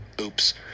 Oops